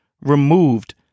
removed